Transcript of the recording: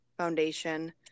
foundation